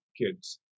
kids